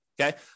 Okay